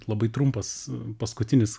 labai trumpas paskutinis